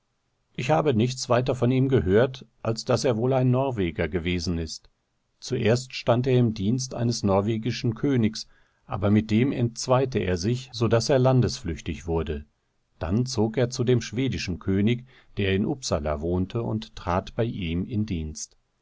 ich habe nichts weiter von ihm gehört als daß er wohl ein norweger gewesen ist zuerst stand er im dienst eines norwegischen königs aber mit dem entzweite er sich so daß er landesflüchtig wurde dann zog er zu dem schwedischen könig der in upsala wohnte und trat bei ihm in dienst